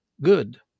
good